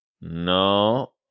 no